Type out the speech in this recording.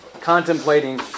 contemplating